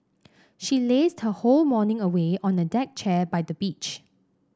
she lazed her whole morning away on a deck chair by the beach